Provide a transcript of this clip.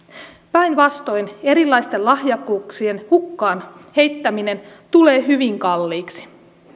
päinvastoin erilaisten lahjakkuuksien hukkaan heittäminen tulee hyvin kalliiksi